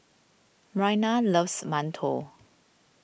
Myrna loves Mantou